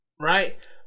right